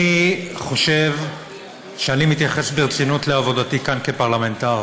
אני חושב שאני מתייחס ברצינות לעבודתי כאן כפרלמנטר,